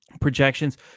projections